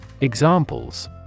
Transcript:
Examples